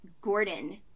Gordon